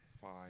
fine